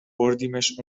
بردیمش